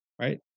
right